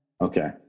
Okay